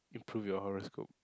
improve your horoscope